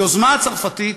היוזמה הצרפתית